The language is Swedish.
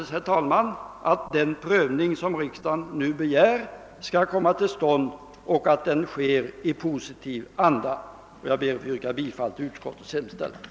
Jag förutsätter sålunda att den prövning som riksdagen nu begär skall komma till stånd och att den sker i positiv anda, och jag yrkar bifall till utskottets hemställan.